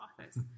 office